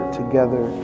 together